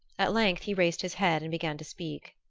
at length he raised his head and began to speak.